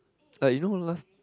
like you know last